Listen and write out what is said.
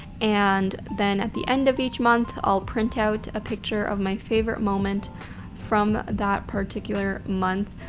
and then at the end of each month, i'll print out a picture of my favorite moment from that particular month.